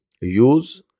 use